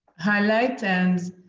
highlights and